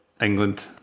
England